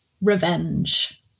revenge